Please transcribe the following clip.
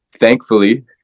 thankfully